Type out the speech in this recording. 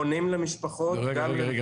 פונים למשפחות --- רגע,